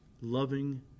loving